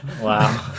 Wow